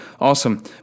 awesome